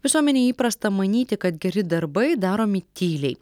visuomenėje įprasta manyti kad geri darbai daromi tyliai